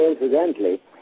incidentally